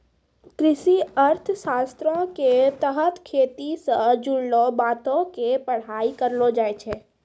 कृषि अर्थशास्त्रो के तहत खेती से जुड़लो बातो के पढ़ाई करलो जाय छै